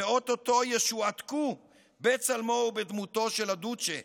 ואו-טו-טו ישועתקו בצלמו ובדמותו של הדוצ'ה.